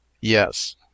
Yes